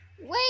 Wait